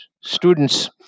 students